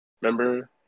Remember